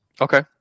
Okay